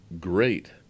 great